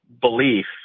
belief